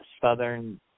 southern